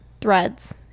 threads